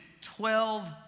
Twelve